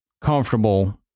comfortable